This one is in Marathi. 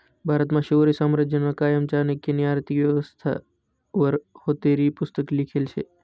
भारतमा मौर्य साम्राज्यना कायमा चाणक्यनी आर्थिक व्यवस्था वर हातेवरी पुस्तक लिखेल शे